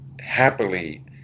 happily